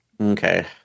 Okay